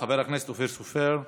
חבר הכנסת אופיר סופר מימינה.